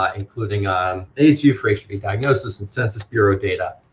um including um aidsvu for hiv diagnosis and census bureau data,